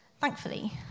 Thankfully